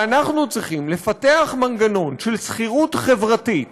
ואנחנו צריכים לפתח מנגנון של שכירות חברתית